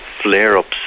flare-ups